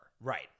right